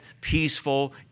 peaceful